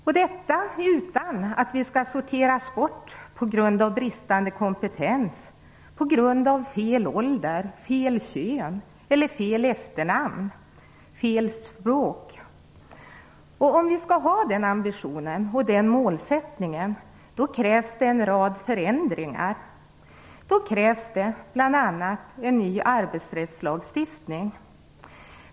Och detta utan att vi skall sorteras bort på grund av bristande kompetens, fel ålder, fel kön, fel efternamn eller fel språk. Om vi skall ha den ambitionen och den målsättningen krävs det en rad förändringar. Det krävs bl.a. en ny arbetsrättslagstiftning.